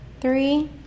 three